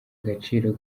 agaciro